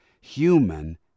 human